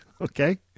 Okay